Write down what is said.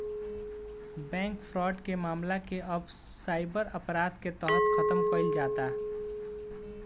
bank fraud के मामला के अब साइबर अपराध के तहत खतम कईल जाता